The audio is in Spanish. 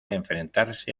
enfrentarse